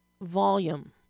volume